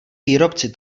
výrobci